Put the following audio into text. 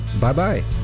Bye-bye